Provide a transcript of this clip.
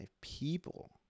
people